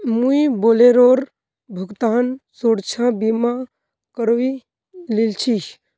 मुई बोलेरोर भुगतान सुरक्षा बीमा करवइ लिल छि